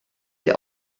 sie